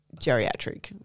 geriatric